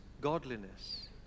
godliness